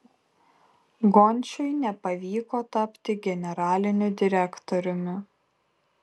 gončiui nepavyko tapti generaliniu direktoriumi